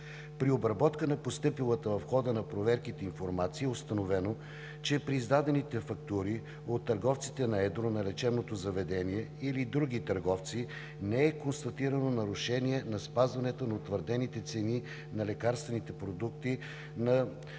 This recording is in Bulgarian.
При обработка на постъпилата в хода на проверките информация е установено, че при издадените фактури от търговците на едро на лечебни заведения или други търговци не е констатирано нарушение на спазването на утвърдените цени на лекарствените продукти с